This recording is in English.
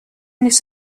this